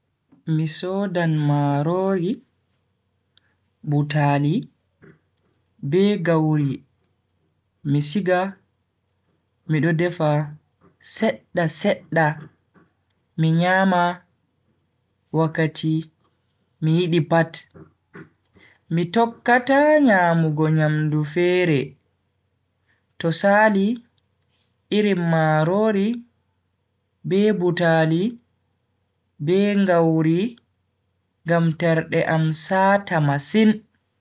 Mai sodan marori, butaali, be gauri mi siga mi do defa sedda sedda mi nyama wakati mi yidi pat. Mi tokkata nyamugo nyamdu fere to Sali irin marori be butaali be gauri ngam terde am saata masin.